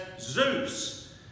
Zeus